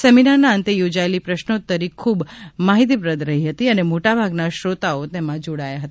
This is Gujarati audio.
સેમિનારના અંતે યોજાયેલી પ્રશ્નોતરી ખૂબ માહિતીપ્રદ રહી હતી અને મોટાભાગના શ્રોતાઓ તેમાં જોડાયા હતા